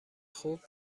خوب